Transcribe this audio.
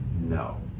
No